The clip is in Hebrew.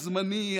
הזמני,